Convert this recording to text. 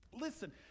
Listen